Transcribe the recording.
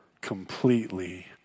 Completely